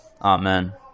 Amen